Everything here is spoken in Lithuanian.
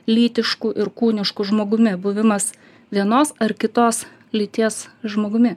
lytišku ir kūnišku žmogumi buvimas vienos ar kitos lyties žmogumi